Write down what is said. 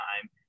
time